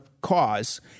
cause